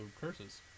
curses